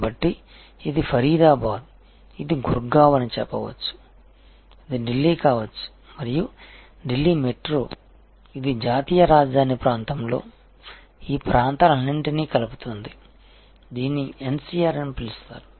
కాబట్టి ఇది ఫరీదాబాద్ ఇది గుర్గావ్ అని చెప్పవచ్చు ఇది ఢిల్లీ కావచ్చు మరియు ఢిల్లీ మెట్రో ఇది జాతీయ రాజధాని ప్రాంతంలోని ఈ ప్రాంతాలన్నింటినీ కలుపుతుంది దీనిని NCR అని పిలుస్తారు